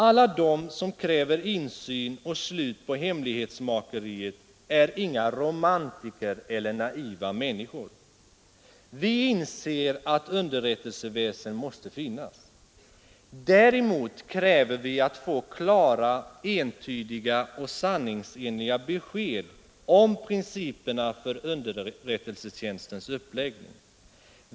Alla de som kräver insyn och slut på hemlighetsmakeriet är inga romantiker eller naiva människor. Vi inser att underrättelseväsen måste finnas. Däremot kräver vi att få klara, entydiga och sanningsenliga besked om principerna för underrättelsetjänstens uppläggning.